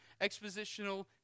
expositional